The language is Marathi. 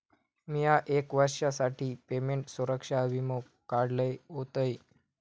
मिया एक वर्षासाठी पेमेंट सुरक्षा वीमो काढलय होतय